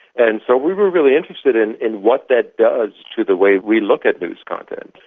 and so we were really interested in in what that does to the way we look at news content.